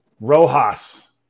Rojas